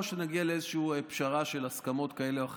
או שנגיע לאיזושהי פשרה והסכמות כאלה או אחרות.